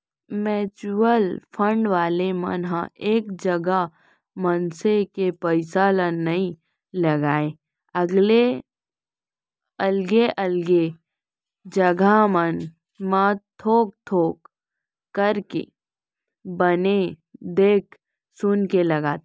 mutual fund वाले मन ह एक जगा मनसे के पइसा ल नइ लगाय अलगे अलगे जघा मन म थोक थोक करके बने देख सुनके लगाथे